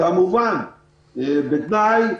כמובן בתנאי,